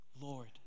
Lord